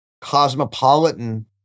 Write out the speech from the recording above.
cosmopolitan